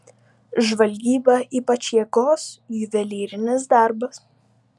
žvalgyba ypač jėgos juvelyrinis darbas